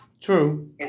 True